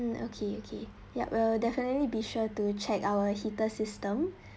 mm okay okay ya we'll definitely be sure to check our heater system